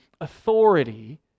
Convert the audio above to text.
authority